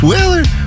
Willard